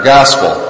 Gospel